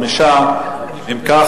5. אם כך,